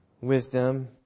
wisdom